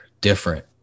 different